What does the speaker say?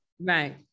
Right